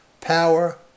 power